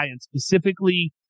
specifically